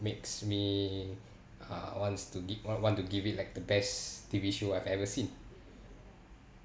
makes me uh wants to give want to give it like the best T_V show I've ever seen